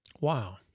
Wow